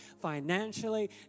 financially